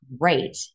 great